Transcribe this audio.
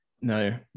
no